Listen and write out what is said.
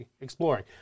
exploring